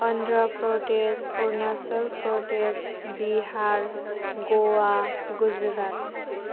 Andhra Pradesh Arunachal Pradesh Bihar Goa Gujarat